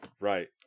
Right